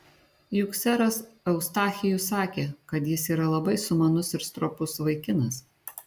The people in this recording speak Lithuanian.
juk seras eustachijus sakė kad jis yra labai sumanus ir stropus vaikinas